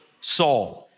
Saul